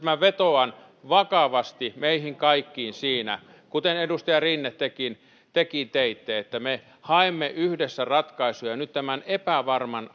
minä vetoan vakavasti meihin kaikkiin siinä kuten edustaja rinne tekin teitte että me haemme yhdessä ratkaisuja nyt tämän epävarman